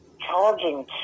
charging